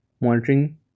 monitoring